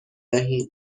دهیم